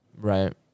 Right